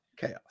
chaos